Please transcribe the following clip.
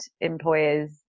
employers